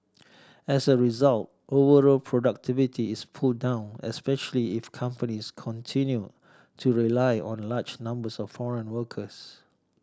as a result overall productivity is pulled down especially if companies continue to rely on large numbers of foreign workers